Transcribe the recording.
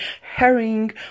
herring